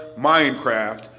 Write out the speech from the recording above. Minecraft